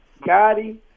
Gotti